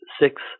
six